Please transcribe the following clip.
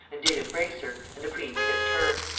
and did embrace her, and the queen kissed her.